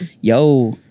Yo